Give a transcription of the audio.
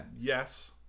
Yes